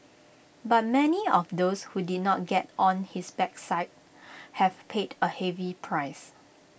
but many of those who did not get on his bad side have paid A heavy price